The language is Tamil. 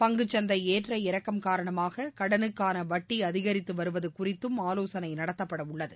பங்குச்சந்தை ஏற்ற இறக்கம் காரணமாக கடனுக்கான வட்டி அதிகரித்து வருவது குறித்தும் ஆலோசனை நடத்தப்பட உள்ளது